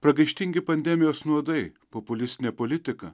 pragaištingi pandemijos nuodai populistinė politika